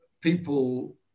people